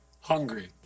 hungry